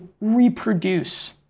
reproduce